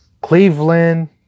Cleveland